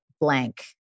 blank